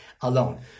alone